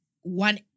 one